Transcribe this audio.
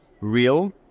real